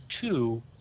two